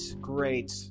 great